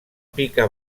pica